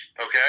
okay